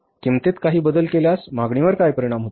किंमतीत काही बदल केल्यास मागणीवर काय परिणाम होतो